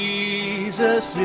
Jesus